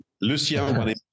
Lucien